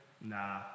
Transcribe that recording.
nah